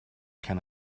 can